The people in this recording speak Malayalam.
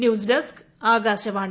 ന്യൂസ്ഡെസ്ക് ആകാശവാണി